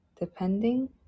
depending